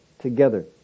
together